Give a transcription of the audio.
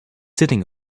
sitting